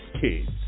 kids